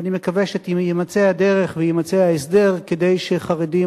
ואני מקווה שתימצא הדרך ויימצא ההסדר כדי שחרדים